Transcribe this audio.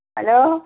hello